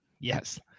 Yes